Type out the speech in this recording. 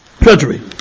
Treasury